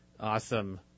Awesome